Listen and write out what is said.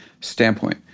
standpoint